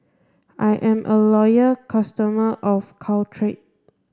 I'm a loyal customer of Caltrate